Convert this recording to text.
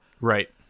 Right